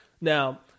now